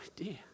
idea